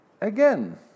Again